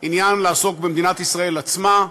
עניין לעסוק במדינת ישראל עצמה,